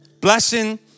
Blessing